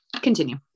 continue